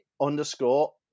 underscore